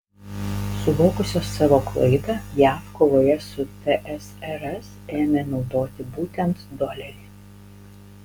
suvokusios savo klaidą jav kovoje su tsrs ėmė naudoti būtent dolerį